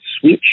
switch